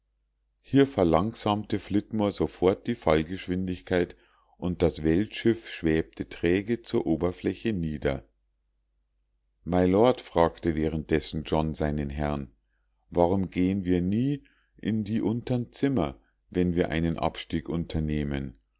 hier verlangsamte flitmore sofort die fallgeschwindigkeit und das weltschiff schwebte träge zur oberfläche nieder mylord fragte währenddessen john seinen herrn warum gehen wir nie in die untern zimmer wenn wir einen abstieg unternehmen